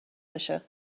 بشه